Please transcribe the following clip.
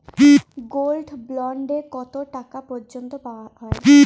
Gold bond এ কতো টাকা পর্যন্ত দেওয়া হয়?